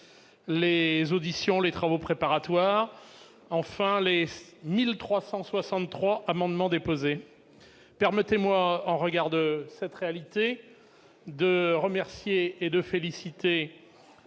les auditions, les travaux préparatoires et l'examen des 1 363 amendements déposés sur ce texte. Permettez-moi, au regard de cette réalité, de remercier et de féliciter